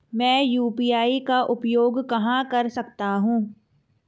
मैं यू.पी.आई का उपयोग कहां कर सकता हूं?